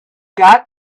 got